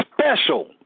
special